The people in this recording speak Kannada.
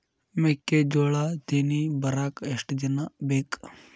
ಮೆಕ್ಕೆಜೋಳಾ ತೆನಿ ಬರಾಕ್ ಎಷ್ಟ ದಿನ ಬೇಕ್?